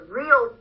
real